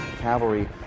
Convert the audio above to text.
Cavalry